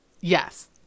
Yes